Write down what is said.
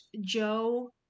Joe